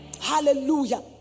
hallelujah